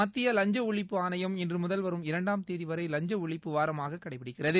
மத்திய லஞ்ச ஒழிப்பு ஆணையம் இன்று முதல் வரும் இரண்டாம் தேதி வரை லஞ்ச ஒழிப்பு வாரமாக கடைபிடிக்கிறது